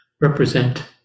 represent